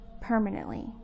Permanently